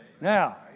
Now